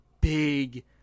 big